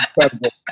incredible